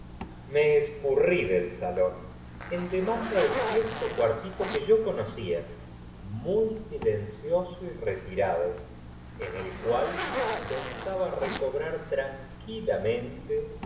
vejdadera escurrí del salón en demanda de cierto jardine ra luis xv de respa ldo henchido cuartito que yo conocía muy sile ncioso y y de comodisimos brazos una pere rosa re tirado en el cual pensaba recobra t